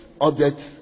objects